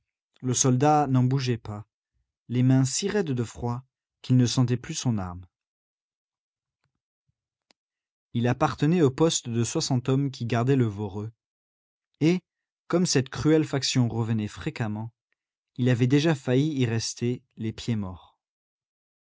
le soldat n'en bougeait pas les mains si raides de froid qu'il ne sentait plus son arme il appartenait au poste de soixante hommes qui gardait le voreux et comme cette cruelle faction revenait fréquemment il avait déjà failli y rester les pieds morts